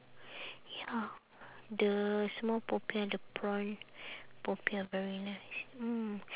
ya the small popiah the prawn popiah very nice mm